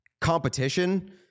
competition